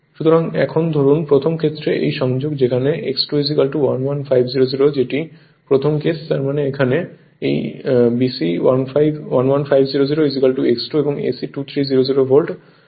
সুতরাং এখন ধরুন প্রথম ক্ষেত্রে এই সংযোগে যেখানে X2 11500 যেটি প্রথম কেস তার মানে এখানে এই এক BC 11500 X2 এবং AC 2300 ভোল্ট